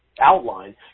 outline